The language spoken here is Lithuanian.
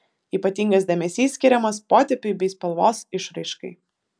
ypatingas dėmesys skiriamas potėpiui bei spalvos išraiškai